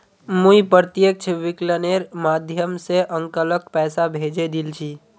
मुई प्रत्यक्ष विकलनेर माध्यम स अंकलक पैसा भेजे दिल छि